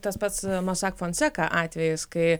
tas pats mosak funceka atvejis kai